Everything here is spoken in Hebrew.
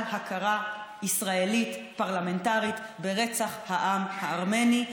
על הכרה ישראלית פרלמנטרית ברצח העם הארמני.